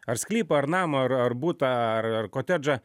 ar sklypą ar namą ar ar butą ar ar kotedžą